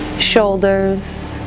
shoulders,